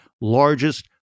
largest